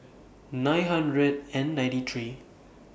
nine hundred and ninety three